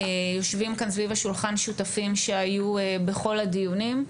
יושבים כאן סביב השולחן שותפים שהיו בכל הדיונים.